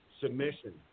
Submission